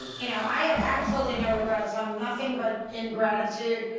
you know i have absolutely no regrets on nothing but in gratitude,